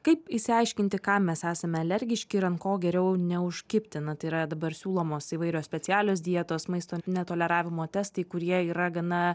kaip išsiaiškinti kam mes esame alergiški ir ant ko geriau neužkibti na tai yra dabar siūlomos įvairios specialios dietos maisto netoleravimo testai kurie yra gana